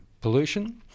pollution